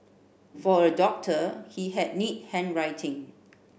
for a doctor he had neat handwriting